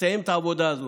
תסיים את העבודה הזאת.